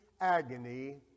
Agony